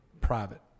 private